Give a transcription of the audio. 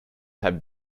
have